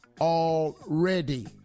already